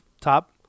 top